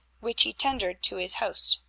which he tendered to his host.